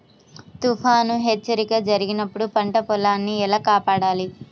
తుఫాను హెచ్చరిక జరిపినప్పుడు పంట పొలాన్ని ఎలా కాపాడాలి?